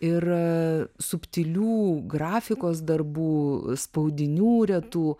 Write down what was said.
ir subtilių grafikos darbų spaudinių retų